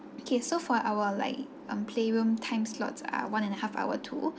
okay so for our like um playroom time slots are one and a half too